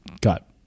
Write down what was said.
got